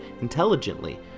intelligently